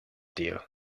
deal